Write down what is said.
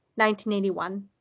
1981